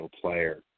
player